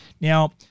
Now